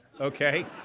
okay